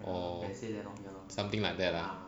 oh something like that lah